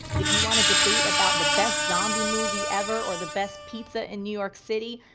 if you want to debate about the best zombie movie ever, or the best pizza in new york city,